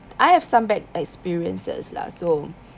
I have some bad experiences lah so